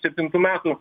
septintų metų